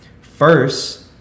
First